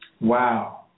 Wow